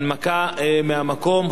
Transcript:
הנמקה מהמקום.